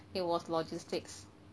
it was logistics